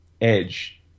edge